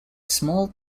small